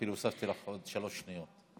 אפילו הוספתי לך עוד שלוש שניות.